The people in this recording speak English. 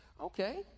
Okay